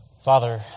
Father